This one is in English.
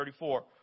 34